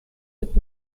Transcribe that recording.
wird